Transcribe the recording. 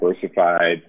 diversified